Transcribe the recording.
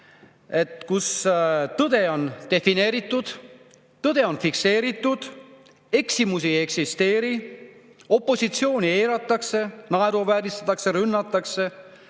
kus tõde on defineeritud, tõde on fikseeritud, eksimusi ei eksisteeri, opositsiooni eiratakse, naeruvääristatakse, rünnatakse,